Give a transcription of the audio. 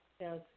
yes